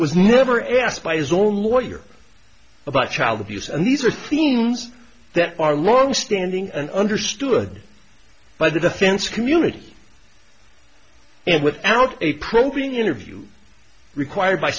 was never asked by his own lawyer about child abuse and these are themes that are longstanding and understood by the defense community and without a probing interview required by